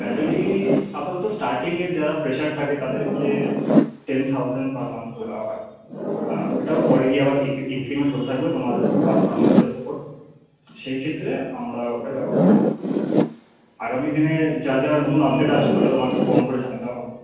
salary আপাতত স্টার্টিংয়ে যারা ফ্রেশার থাকে তাদেরকে টেন থাউজ্যান্ড পার মান্থ করে দেওয়া হয় আর ওইটাও পরে গিয়ে ইঙ্ক্রিমেন্ট হতে থাকবে তোমার পারফরম্যান্সের উপর সেই ক্ষেত্রে আমরা ওটার ব্যবস্থা করে দেব আগামী দিনে যা যা নতুন আপডেট আসবে ওটা তোমাকে ফোন করে জানিয়ে দেওয়া হবে